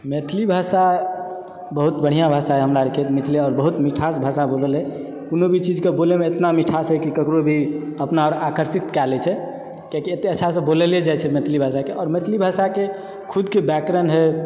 मैथिली भाषा बहुत बढ़िआँ भाषाए हमरा अरके मिथिला आओर बहुत मिठास भाषामे घुललए कोनो भी चीजके बोलयमे इतना मिठासए कि ककरो भी अपना ओर आकर्षित कए लय छै किआकि एतय अच्छासँ बोलय लऽ जाइ छै मैथिली भाषाके आओर मैथिली भाषाके खुदके व्याकरण है